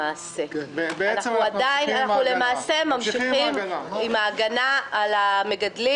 למעשה אנחנו ממשיכים עם ההגנה על המגדלים,